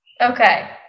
Okay